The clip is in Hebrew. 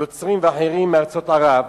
נוצרים ואחרים מארצות ערב,